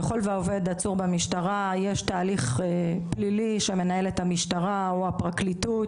ככל והעובד עצור במשטרה יש תהליך פלילי שמנהלת המשטרה או הפרקליטות.